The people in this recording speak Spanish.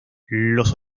los